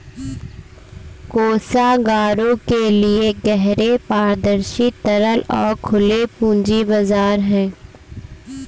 कोषागारों के लिए गहरे, पारदर्शी, तरल और खुले पूंजी बाजार हैं